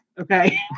okay